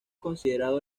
considerado